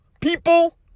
people